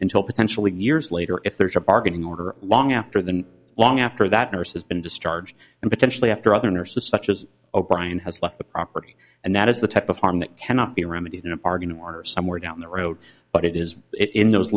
until potentially years later if there's a bargaining order long after than long after that nurse has been discharged and potentially after other nurses such as o'brien has left the property and that is the type of harm that cannot be remedied in a park in water somewhere down the road but it is it in those